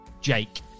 Jake